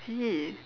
!ee!